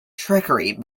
trickery